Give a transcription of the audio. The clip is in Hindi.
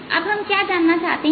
अब हम क्या जानना चाहते हैं